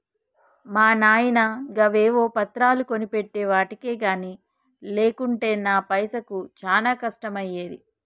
మా నాయిన గవేవో పత్రాలు కొనిపెట్టెవటికె గని లేకుంటెనా పైసకు చానా కష్టమయ్యేది